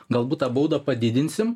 galbūt tą baudą padidinsim